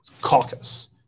Caucus